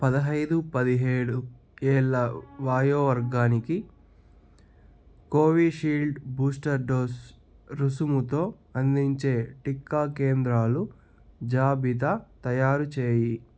పదహైదు పదిహేడు ఏళ్ళ వయో వర్గానికి కోవిషీల్డ్ బూస్టర్ డోస్ రుసుముతో అందించే టీకా కేంద్రాలు జాబితా తయారు చేయి